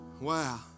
Wow